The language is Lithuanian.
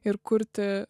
ir kurti